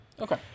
Okay